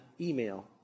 email